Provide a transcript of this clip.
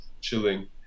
chilling